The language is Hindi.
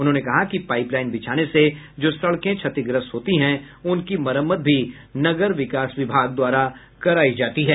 उन्होंने कहा कि पाईप लाईन बिछाने से जो सड़कें क्षतिग्रस्त होती हैं उनकी मरम्मत भी नगर विकास विभाग द्वारा कराया जाता है